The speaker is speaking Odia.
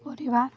କରିବା